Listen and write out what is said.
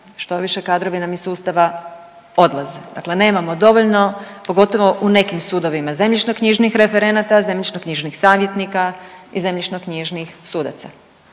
Štoviše kadrovi nam iz sustava odlaze, dakle nemamo dovoljno pogotovo u nekim sudovima zemljišno-knjižnih referenata, zemljišno-knjižnih savjetnika i zemljišno-knjižnih sudaca.